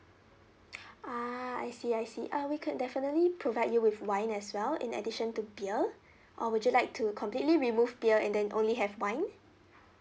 ah I see I see uh we could definitely provide you with wine as well in addition to beer or would you like to completely remove beer and then only have wine